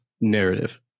narrative